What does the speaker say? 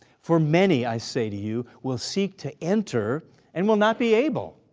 for many i say to you will seek to enter and will not be able.